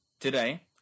Today